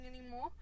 anymore